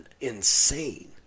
insane